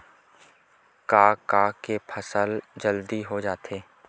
का का के फसल जल्दी हो जाथे?